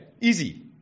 Easy